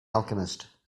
alchemist